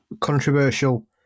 controversial